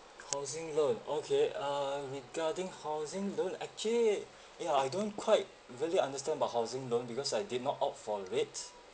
housing loan okay uh regarding housing loan actually ya I don't quite really understand about housing loan because I did not opt for rates